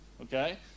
okay